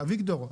אביגדור,